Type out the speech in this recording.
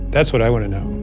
that's what i want to know